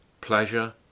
pleasure